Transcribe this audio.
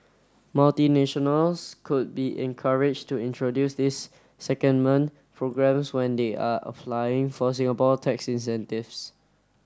multinationals could be encouraged to introduce these secondment programmes when they are applying for Singapore tax incentives